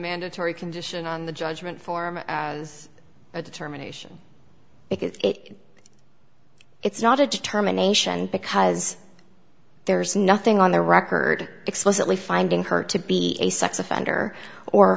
mandatory condition on the judgment form as a determination it it's not a determination because there's nothing on the record explicitly finding her to be a sex offender or